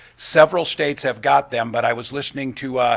several states have got them but i was listening to